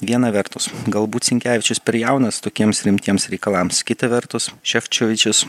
viena vertus galbūt sinkevičius per jaunas tokiems rimtiems reikalams kita vertus ševčiovičius